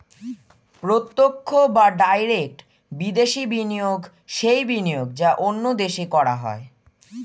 প্রত্যক্ষ বা ডাইরেক্ট বিদেশি বিনিয়োগ সেই বিনিয়োগ যা অন্য দেশে করা হয়